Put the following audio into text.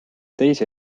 teise